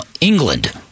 England